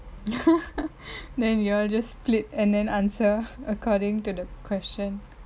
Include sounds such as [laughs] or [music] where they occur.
[laughs] then you all just split and then answer according to the question